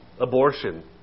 abortion